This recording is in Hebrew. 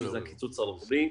שזה הקיצוץ הרוחבי,